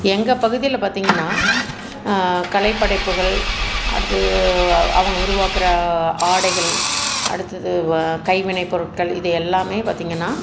எங்கள் பகுதியில் பார்த்தீங்கன்னா கலைப்படைப்புகள் அடுத்தது அவங்க உருவாக்குகிற ஆடைகள் அடுத்தது கைவினை பொருட்கள் இது எல்லாம் பார்த்தீங்கன்னா